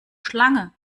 schlange